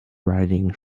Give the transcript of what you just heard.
riding